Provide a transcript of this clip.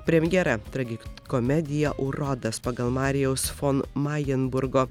premjera tragikomedija urodas pagal mariaus von majenburgo